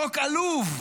"חוק עלוב,